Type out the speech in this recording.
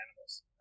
animals